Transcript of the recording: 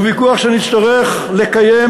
הוא ויכוח שנצטרך לקיים,